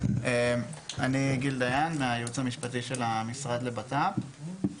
אני גיל דיין מהייעוץ המשפטי של המשרד לבט"פ,